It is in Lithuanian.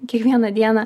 kiekvieną dieną